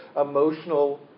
emotional